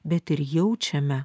bet ir jaučiame